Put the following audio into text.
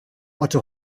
otto